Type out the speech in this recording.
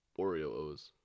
Oreos